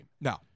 No